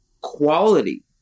quality